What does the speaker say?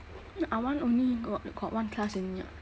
I want only got got one class only [what]